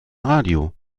radio